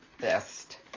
best